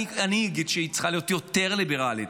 אני אגיד שהיא צריכה להיות יותר ליברלית.